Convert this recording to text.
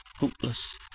hopeless